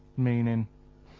meaning?